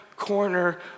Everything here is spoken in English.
corner